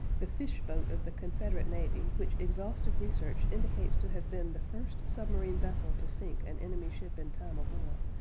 the fish-boat of the confederate navy, which exhaustive research indicates to have been the first submarine vessel to sink an enemy ship in time of war,